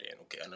Okay